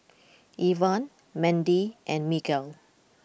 Evan Mendy and Miguel